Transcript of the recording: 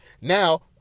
Now